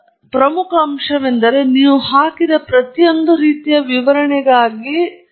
ತದನಂತರ ಇತರ ಪ್ರಮುಖ ಅಂಶವೆಂದರೆ ನೀವು ಹಾಕಿದ ಪ್ರತಿಯೊಂದು ರೀತಿಯ ವಿವರಣೆಗಾಗಿ ನೀವು ವಿವರಗಳಿಗೆ ಗಮನ ಕೊಡಬೇಕು